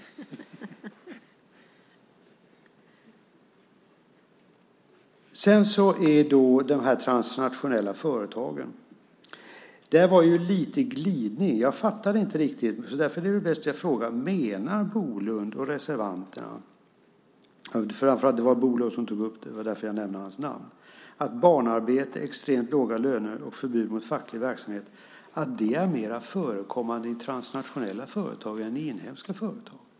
I fråga om de transnationella företagen var det en liten glidning. Jag fattade inte riktigt så därför är det väl bäst att jag frågar. Menar Bolund och reservanterna - det var Bolund som tog upp det, det är därför jag nämner hans namn - att barnarbete, extremt låga löner och förbud mot facklig verksamhet är mer förekommande i transnationella företag än i inhemska företag?